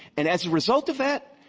and as a result of that,